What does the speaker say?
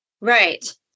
Right